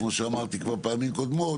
כמו שאמרתי כבר פעמים קודמות,